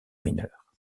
mineure